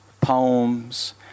poems